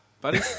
buddy